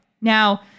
now